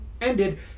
ended